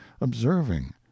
observing